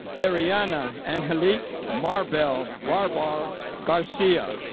ariana and angelique marble barbar garcia,